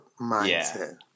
mindset